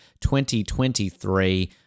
2023